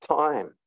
time